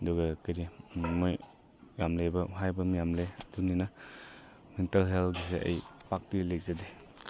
ꯑꯗꯨꯒ ꯀꯔꯤ ꯃꯣꯏ ꯌꯥꯝ ꯂꯩꯕ ꯍꯥꯏꯕ ꯃꯌꯥꯝ ꯂꯩ ꯑꯗꯨꯅꯤꯅ ꯃꯦꯟꯇꯦꯜ ꯍꯦꯜꯁꯦ ꯑꯩ ꯄꯥꯛꯇꯤ ꯂꯩꯖꯗꯦ